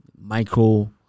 micro